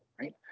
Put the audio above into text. right